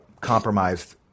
compromised